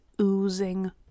oozing